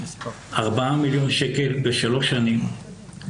4 מיליון שקלים בשלוש שנים.